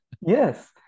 yes